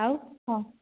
ଆଉ ହଁ